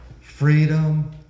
Freedom